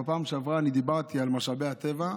בפעם שעברה אני דיברתי על משאבי הטבע,